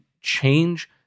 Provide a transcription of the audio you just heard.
change